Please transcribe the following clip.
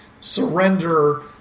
surrender